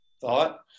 thought